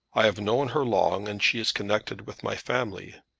i have known her long and she is connected with my family.